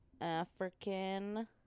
african